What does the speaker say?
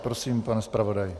Prosím, pane zpravodaji.